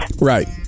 Right